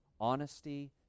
Honesty